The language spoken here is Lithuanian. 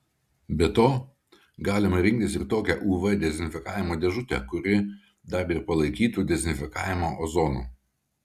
be to galima rinktis ir tokią uv dezinfekavimo dėžutę kuri dar ir palaikytų dezinfekavimą ozonu